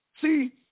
See